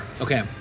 Okay